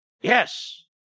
Yes